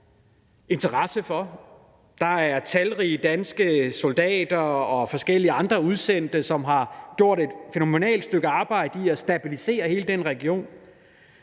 interesse for. Der er talrige danske soldater og forskellige andre udsendte, som har gjort et fænomenalt stykke arbejde i at stabilisere hele den region.